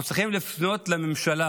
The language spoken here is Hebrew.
אנחנו צריכים לפנות קודם כול לממשלה,